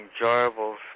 enjoyable